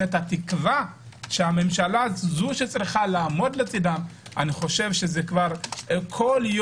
את התקווה שהממשלה זו שצריכה לעמוד לצידם כל יום